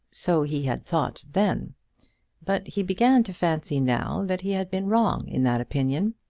so he had thought then but he began to fancy now that he had been wrong in that opinion.